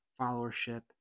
followership